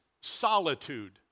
solitude